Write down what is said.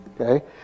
Okay